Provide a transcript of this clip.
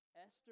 Esther